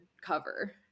cover